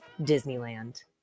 Disneyland